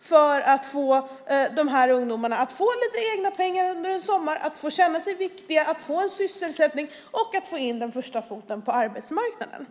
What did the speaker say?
för att dessa ungdomar ska få lite egna pengar under sommaren, känna sig viktiga, få en sysselsättning och få in den första foten på arbetsmarknaden.